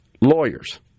Lawyers